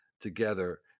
together